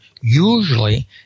usually